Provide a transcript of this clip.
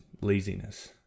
laziness